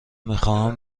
میخواهم